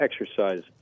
exercise